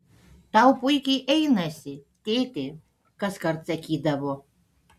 tau puikiai einasi tėti kaskart sakydavo